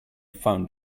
found